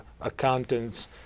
accountants